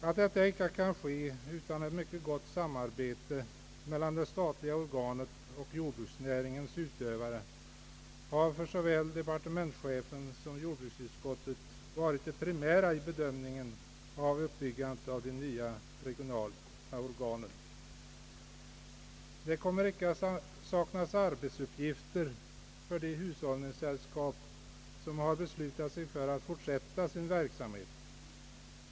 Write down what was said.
Att detta icke kan ske utan ett gott samarbete mellan det statliga organet och jordbruksnäringens utövare har för såväl departementschefen som jord bruksutskottet varit det primära vid bedömningen när det gäller utbyggandet av det nya organet. Det kommer icke att saknas arbetsuppgifter för de hushållningssällskap, som har beslutat sig för att fortsätta sin verksamhet.